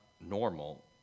normal